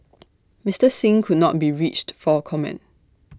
Mister Singh could not be reached for comment